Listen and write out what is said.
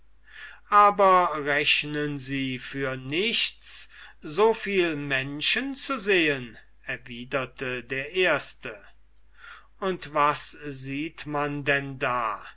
aber rechnen sie für nichts so viel menschen zu sehen erwiderte der erste und was sieht man denn da